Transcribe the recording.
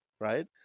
right